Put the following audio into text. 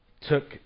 took